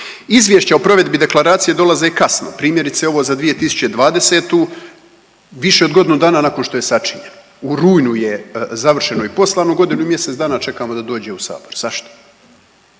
Izvješća o provedbi Deklaracije dolaze kasno, primjerice, ovo za 2020. više od godinu dana nakon što je sačinjena. U rujnu je završeno i poslano, godinu i mjesec dana čekamo da dođe u Sabor. Zašto?